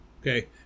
okay